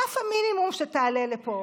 רף המינימום הוא שתעלה לפה,